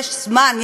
יש זמן,